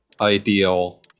ideal